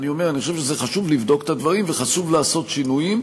אני אומר: אני חושב שזה חשוב לבדוק את הדברים וחשוב לעשות שינויים.